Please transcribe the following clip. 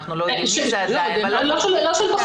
אנחנו לא יודעים מי זה --- לא של בכיר,